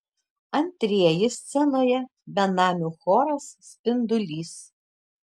antrieji scenoje benamių choras spindulys